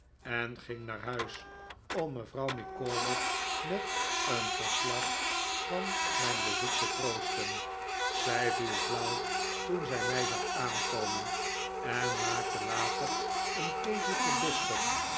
en ging naar huis om mevrouw micawber met een verslag van mijn bezoek te troosten zij viel flauw toen zij mij zag aankomen en maakte later een keteltje bisschop